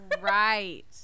Right